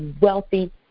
wealthy